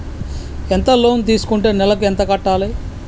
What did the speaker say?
ఎంత లోన్ తీసుకుంటే నెలకు ఎంత కట్టాలి?